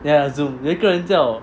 ya zoom 有一个人叫